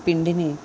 పిండిని